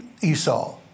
Esau